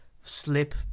slip